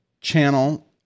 channel